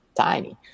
tiny